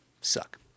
suck